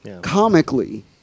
comically